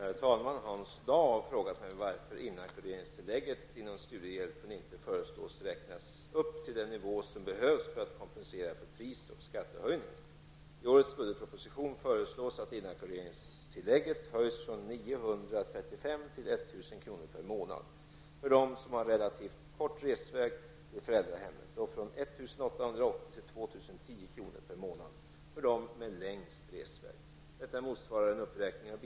Herr talman! Hans Dau har frågat mig varför inackorderingstillägget inom studiehjälpen inte föreslås räknas upp till den nivå som behövs för att kompensera för pris och skattehöjningar. per månad för dem med längst resväg. Detta motsvarar en uppräkning av bidraget med cirka sju procent.